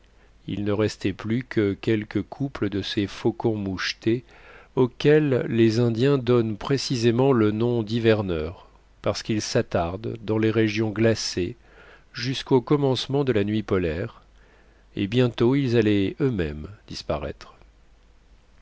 il ne restait plus que quelques couples de ces faucons mouchetés auxquels les indiens donnent précisément le nom d hiverneurs parce qu'ils s'attardent dans les régions glacées jusqu'au commencement de la nuit polaire et bientôt ils allaient eux-mêmes disparaître